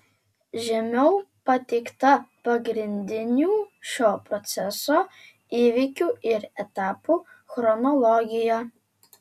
žemiau pateikta pagrindinių šio proceso įvykių ir etapų chronologija